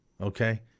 okay